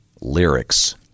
lyrics